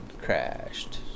crashed